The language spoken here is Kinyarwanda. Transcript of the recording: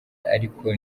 ariko